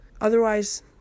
Otherwise